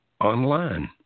online